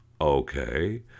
Okay